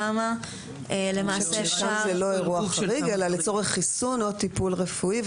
זה לא אירוע חריג אלא לצורך חיסון או טיפול רפואי.